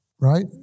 right